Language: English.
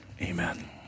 amen